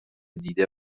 دیده